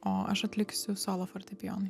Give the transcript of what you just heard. o aš atliksiu solo fortepijonui